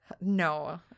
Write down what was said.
No